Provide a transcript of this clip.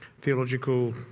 Theological